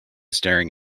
staring